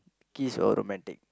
kiss or romantic